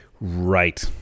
Right